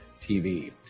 TV